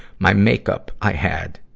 my makeup i had